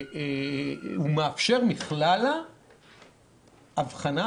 זה מאפשר מכללא אבחנה.